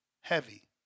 heavy